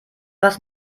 was